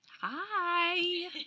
Hi